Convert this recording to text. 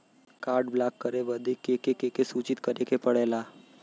Card block करे बदी के के सूचित करें के पड़ेला?